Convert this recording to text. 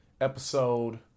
Episode